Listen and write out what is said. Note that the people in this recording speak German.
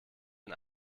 den